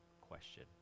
question